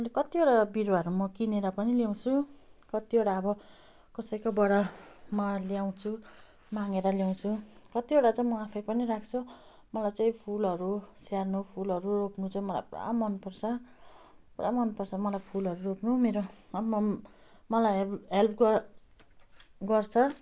मैले कतिवटा बिरुवाहरू म किनेर पनि ल्याउँछु कतिवटा अब कसैकोबाट म ल्याउँछु मागेर ल्याउँछु कतिवटा चाहिँ म आफै पनि राख्छु मलाई चाहिँ फुलहरू स्याहार्नु फुलहरू रोप्नु चाहिँ मलाई पुरा मन पर्छ पुरा मन पर्छ मलाई फुलहरू रोप्नु मेरो मलाई हेल्प गर् गर्छ